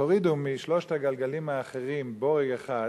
תורידו משלושת הגלגלים האחרים בורג אחד